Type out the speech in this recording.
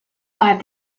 five